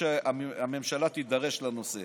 הממשלה תידרש לנושא.